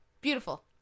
Beautiful